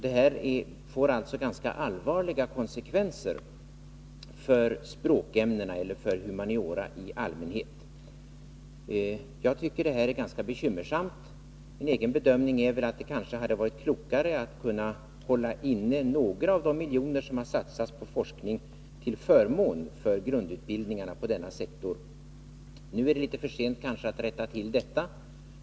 Det här får alltså ganska allvarliga konsekvenser för språkämnena eller för humaniora i allmänhet. Jag tycker att det här är ganska bekymmersamt. Min egen bedömning är väl att det kanske hade varit klokare att hålla inne några av de miljoner som satsats på forskning till förmån för grundutbildningarna på denna sektor. Nu är det kanske litet för sent att rätta till detta.